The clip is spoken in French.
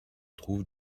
trouve